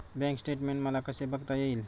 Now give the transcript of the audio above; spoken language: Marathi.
बँक स्टेटमेन्ट मला कसे बघता येईल?